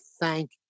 thank